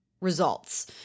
results